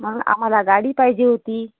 मग आम्हाला गाडी पाहिजे होती